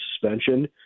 suspension